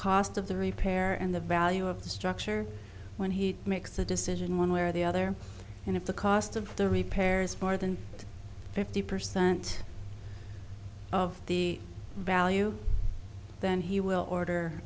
cost of the repair and the value of the structure when he makes a decision one way or the other and if the cost of the repairs for than fifty percent of the value then he will order